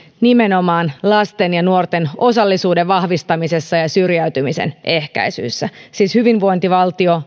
nimenomaan lasten ja nuorten osallisuuden vahvistamisessa ja syrjäytymisen ehkäisyssä siis hyvinvointivaltio